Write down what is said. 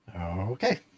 Okay